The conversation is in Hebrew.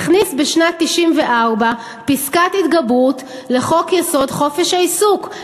הכניס בשנת 1994 פסקת התגברות לחוק-יסוד: חופש העיסוק.